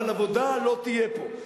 אבל עבודה לא תהיה פה.